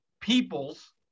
peoples